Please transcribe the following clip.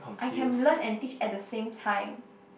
I can learn and teach at the same time